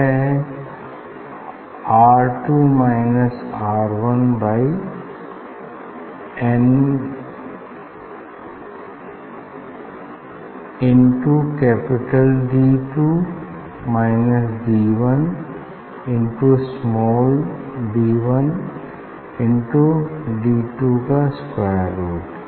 वह हैं R two minus R one by n into capital D two minus D one into small d one into D two का square root